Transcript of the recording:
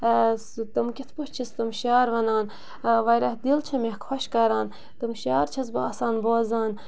سُہ تم کِتھ پٲٹھۍ چھَس تم شعر وَنان واریاہ دِل چھِ مےٚ خۄش کَران تم شعر چھَس بہٕ آسان بوزان